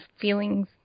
feelings